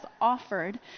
offered